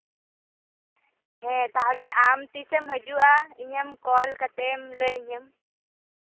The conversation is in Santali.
ᱦᱮᱸ ᱛᱟᱦᱞᱮ ᱟᱢ ᱛᱤᱥᱮᱢ ᱦᱤᱡᱩᱜᱼᱟ ᱤᱧᱮᱢ ᱠᱚᱞ ᱠᱟᱛᱮᱢ ᱞᱟᱹᱭ ᱟᱹᱧᱟᱹᱢ